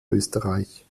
österreich